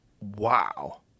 Wow